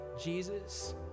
Jesus